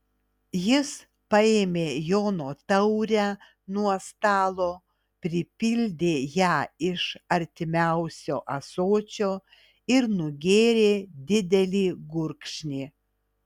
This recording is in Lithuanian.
jis paėmė jono taurę nuo stalo pripildė ją iš artimiausio ąsočio ir nugėrė didelį gurkšnį